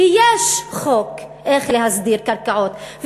כי יש חוק איך להסדיר קרקעות.